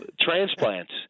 transplants